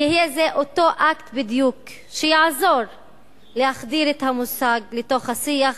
ויהיה זה אותו אקט בדיוק שיעזור להחדיר את המושג לתוך השיח